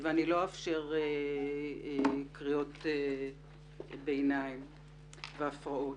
אני לא אאפשר קריאות ביניים והפרעות.